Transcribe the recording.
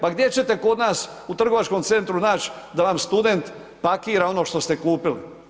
Pa gdje ćete kod nas u trgovačkom centru naći da vam student pakira ono što ste kupili?